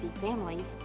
families